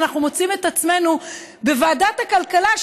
אנחנו מוצאים את עצמנו בוועדת כלכלה,